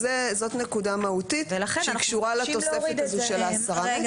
זאת נקודה מהותית שקשורה לתוספת הזו של ה-10 מטרים.